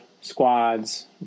squads